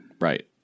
Right